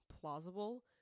plausible